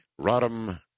Rodham